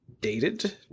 dated